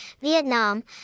Vietnam